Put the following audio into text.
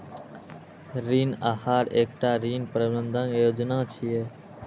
ऋण आहार एकटा ऋण प्रबंधन योजना छियै